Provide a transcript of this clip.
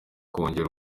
kongera